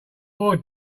more